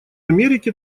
америке